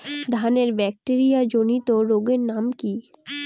ধানের ব্যাকটেরিয়া জনিত রোগের নাম কি?